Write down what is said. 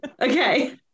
Okay